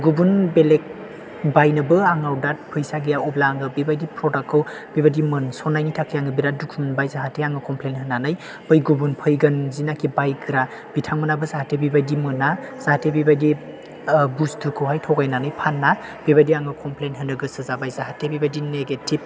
गुबुन बेलेग बायनोबो आंनाव दा फैसा गैया अब्ला आं बेबायदि प्रदाक्टखौ बेबायदि मोनसननायनि थाखाय आं बिराद दुखु मोनबाय जाहाथे आं कमप्लेन होनानै बै गुबुन जायनोखि बायग्रा बिथांमोनहाबो जाहाथे बेबायदि मोना जाहाथे बेबायदि ओ बुस्थुखौहाय थगायनानै फाना बेबायदि आं कमप्लेन होनो गोसो जाबाय जाहाथे बेबायदि निगेतिभ